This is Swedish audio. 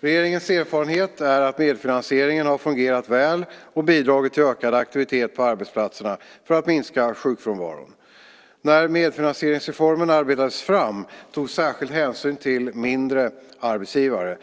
Regeringens erfarenhet är att medfinansieringen har fungerat väl och bidragit till ökad aktivitet på arbetsplatserna för att minska sjukfrånvaron. När medfinansieringsreformen arbetades fram togs särskild hänsyn till mindre arbetsgivare.